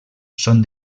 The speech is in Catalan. són